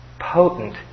potent